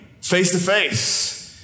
face-to-face